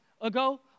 ago